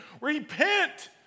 repent